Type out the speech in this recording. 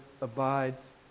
abides